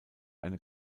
eine